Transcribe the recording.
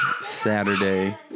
Saturday